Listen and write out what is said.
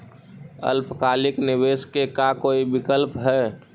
अल्पकालिक निवेश के का कोई विकल्प है?